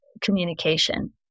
communication